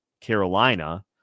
Carolina